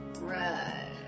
Right